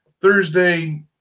Thursday